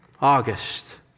August